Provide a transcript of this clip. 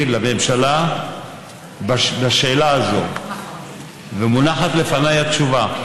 לממשלה בשאלה הזאת ומונחת לפניי התשובה.